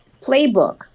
playbook